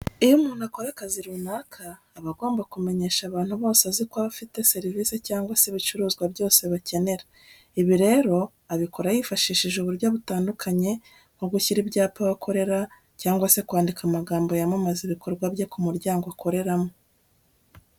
Iyo umuntu akora akazi runaka, aba agomba kumenyesha abantu bose azi ko abafitiye serivise cyangwa se ibicuruzwa byose bakenera. Ibi rero abikora yifashishije uburyo butandukanye nko gushyira ibyapa aho akorera cyangwa se kwandika amagambo yamamaza ibikorwa bye ku muryango akoreramo.